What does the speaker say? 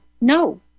no